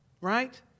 right